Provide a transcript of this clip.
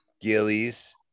Gillies